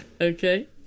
Okay